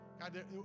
God